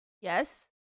Yes